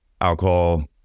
alcohol